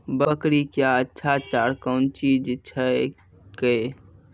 बकरी क्या अच्छा चार कौन चीज छै के?